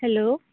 hello